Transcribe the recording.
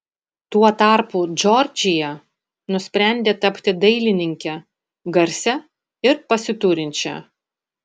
tuo tarpu džordžija nusprendė tapti dailininke garsia ir pasiturinčia